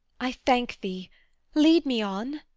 i thank thee lead me on.